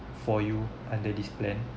for you under this plan